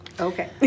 Okay